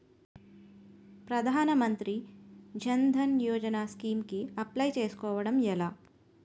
ప్రధాన మంత్రి జన్ ధన్ యోజన స్కీమ్స్ కి అప్లయ్ చేసుకోవడం ఎలా?